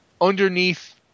underneath